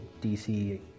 DC